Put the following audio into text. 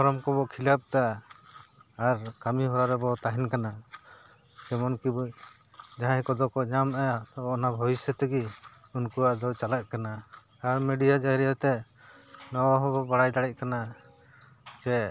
form ᱠᱚᱵᱚ fill up ᱫᱟ ᱟᱨ ᱠᱟᱹᱢᱤ ᱦᱚᱨᱟ ᱨᱮᱵᱚ ᱛᱟᱦᱮᱱ ᱠᱟᱱᱟ ᱡᱮᱢᱚᱱ ᱡᱟᱦᱟᱸᱭ ᱠᱚᱫᱚ ᱠᱚ ᱧᱟᱢᱮᱜᱼᱟ ᱛᱚ ᱚᱱᱟ ᱵᱷᱚᱵᱤᱥᱚᱛᱜᱤ ᱩᱱᱠᱩᱣᱟᱜ ᱫᱚ ᱪᱟᱞᱟᱜ ᱠᱟᱱᱟ ᱟᱨ ᱢᱤᱰᱤᱭᱟ ᱡᱟᱹᱨᱤᱭᱟ ᱛᱮ ᱱᱚᱣᱟ ᱦᱚᱸᱵᱚ ᱵᱟᱲᱟᱭ ᱫᱟᱲᱮᱭᱟᱜ ᱠᱟᱱᱟ ᱡᱮ